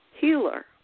healer